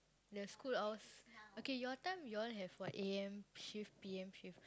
the school hours okay your time you all have what A_M shift P_M shift